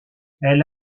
elle